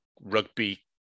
rugby